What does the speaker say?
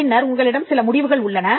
பின்னர் உங்களிடம் சில முடிவுகள் உள்ளன